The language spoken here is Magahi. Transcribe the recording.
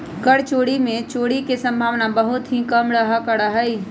कर चोरी में चोरी के सम्भावना बहुत ही कम रहल करा हई